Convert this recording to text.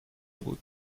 بود